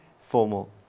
formal